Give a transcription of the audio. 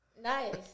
Nice